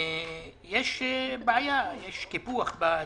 יש בעיה, יש קיפוח בתקצוב.